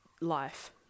life